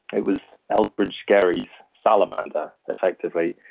it was elbridge gerry's salamander, effectively.